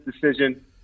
decision